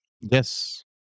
Yes